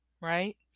right